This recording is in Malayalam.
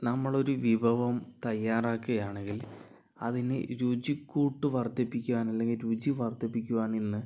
നമ്മളൊരു വിഭവം തയ്യാറാക്കുകയാണെങ്കിൽ അതിനു രുചിക്കൂട്ട് വർദ്ധിപ്പിക്കുവാൻ അല്ലെങ്കിൽ രുചി വർദ്ധിപ്പിക്കുവാൻ ഇന്ന്